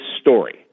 story